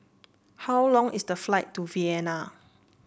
how long is the flight to Vienna